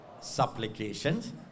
supplications